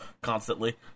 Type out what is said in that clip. constantly